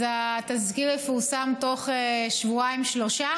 אז התזכיר יפורסם בתוך שבועיים-שלושה.